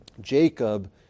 Jacob